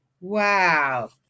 Wow